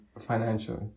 financially